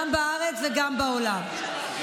גם בארץ וגם בעולם.